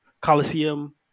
Coliseum